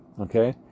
okay